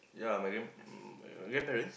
yea my grand~ grandparents